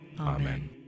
Amen